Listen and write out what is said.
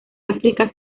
áfrica